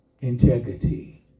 integrity